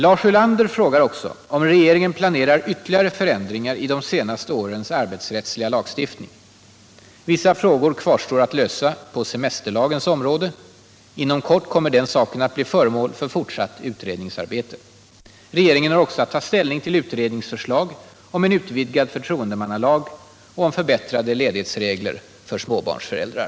Lars Ulander frågar också om regeringen planerar ytterligare förändringar i de senaste årens arbetsrättsliga lagstiftning. Vissa frågor kvarstår att lösa på semesterlagens område. Inom kort kommer också den saken att bli föremål för fortsatt utredningsarbete. Regeringen har också att ta ställning till utredningsförslag om en utvidgad förtroendemannalag och om förbättrade ledighetsregler för småbarnsföräldrar.